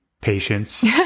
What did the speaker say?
patience